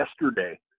yesterday